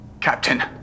Captain